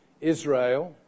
Israel